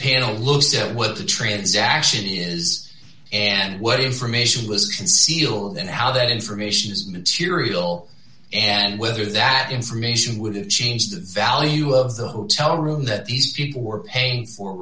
panel looks at what the transaction is and what information was concealed then how that information is material and whether that information would have changed the value of the hotel room that these people were pay for